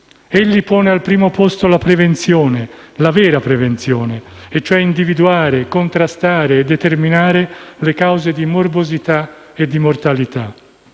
Egli pone al primo posto la prevenzione, la vera prevenzione, e cioè individuare, contrastare e determinare le cause di morbosità e mortalità;